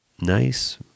nice